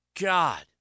God